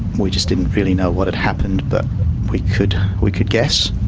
we just didn't really know what had happened but we could we could guess.